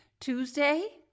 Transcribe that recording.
Tuesday